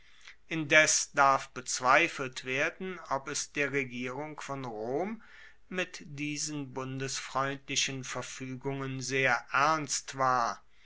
indes darf bezweifelt werden ob es der regierung von rom mit diesen bundesfreundlichen verfuegungen sehr ernst war